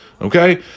okay